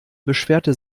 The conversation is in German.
beschwerte